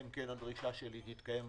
אלא אם כן הדרישה שלי תתקיים.